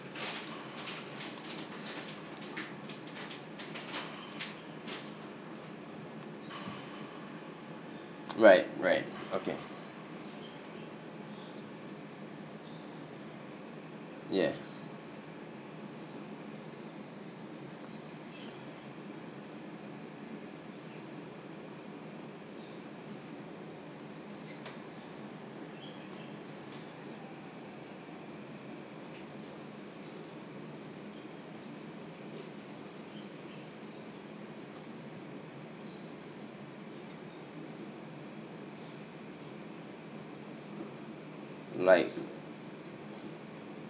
right right okay yeah like